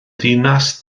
ddinas